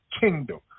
kingdom